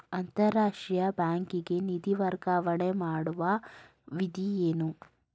ಅಂತಾರಾಷ್ಟ್ರೀಯ ಬ್ಯಾಂಕಿಗೆ ನಿಧಿ ವರ್ಗಾವಣೆ ಮಾಡುವ ವಿಧಿ ಏನು?